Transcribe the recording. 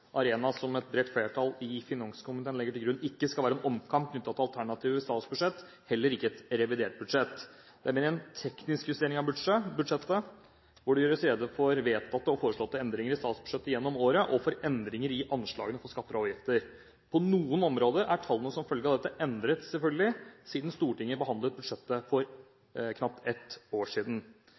arena som et bredt flertall i finanskomiteen legger til grunn ikke skal være en omkamp knyttet til alternative statsbudsjetter, heller ikke til et revidert budsjett. Det er mer en teknisk justering av budsjettet, hvor det gjøres rede for vedtatte og foreslåtte endringer i statsbudsjettet gjennom året og for endringer i anslagene for skatter og avgifter. På noen områder er tallene som følge av dette selvfølgelig endret siden Stortinget behandlet budsjettet for knapt ett år siden.